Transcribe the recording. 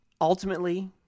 Ultimately